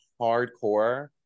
hardcore